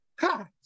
ha